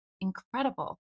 incredible